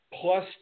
plus